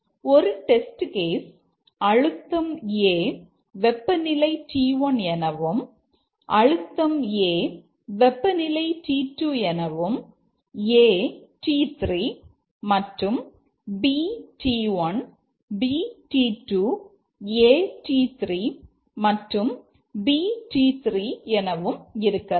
ஆகவே ஒரு test case அழுத்தம் A வெப்பநிலை T1 எனவும் அழுத்தம் A வெப்பநிலை T2 எனவும் A T3 மற்றும் B T1 B T2 A T3 மற்றும் B T3 எனவும் இருக்கலாம்